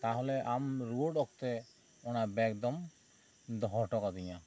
ᱛᱟᱦᱚᱞᱮ ᱟᱢ ᱫᱚ ᱨᱩᱣᱟᱹᱲ ᱚᱠᱛᱮ ᱚᱱᱟ ᱵᱮᱜᱽ ᱫᱚᱢ ᱫᱚᱦᱚ ᱴᱚᱠᱟᱫᱤᱧᱟ